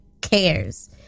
cares